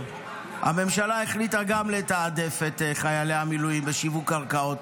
הממשלה החליטה גם לתעדף את חיילי המילואים בשיווק קרקעות,